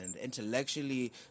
intellectually